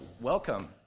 welcome